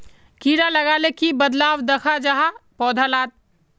कीड़ा लगाले की बदलाव दखा जहा पौधा लात?